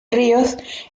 ríos